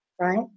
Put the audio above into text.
right